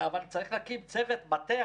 אבל צריך להקים צוות מטה,